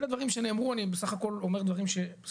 אלה הדברים שנאמרו ואני בסך הכל אומר דברים שנאמרו והיו כאן,